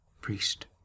priest